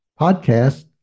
podcast